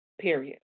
period